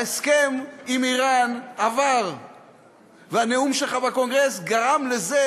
ההסכם עם איראן עבר והנאום שלך בקונגרס גרם לזה